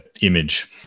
image